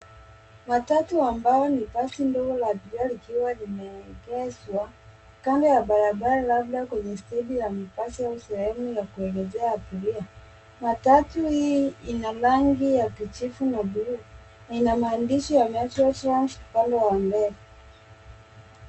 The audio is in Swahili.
Matatu ambyo ni basi ndilogo la abiria likiwa limegeshwa kando ya barabara labda kwenye steji ya mikazo au sehemu ya kuongojea abiria. Matatu hii ina rangi ya kijivu na bluu na inamaandishi ya MERTO TRANS upande wa mbele.